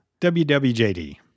WWJD